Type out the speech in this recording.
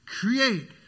create